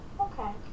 Okay